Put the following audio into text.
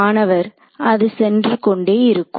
மாணவர் அது சென்று கொண்டே இருக்கும்